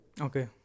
Okay